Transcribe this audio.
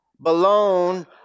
Balone